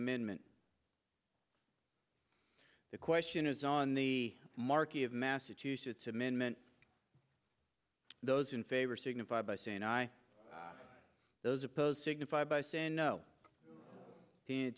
amendment the question is on the marquee of massachusetts amendment those in favor signify by saying i those opposed signify by saying no